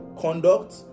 conduct